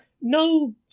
No